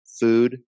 food